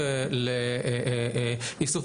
אז מה שאני שמענו פה שיש בהחלט אופציה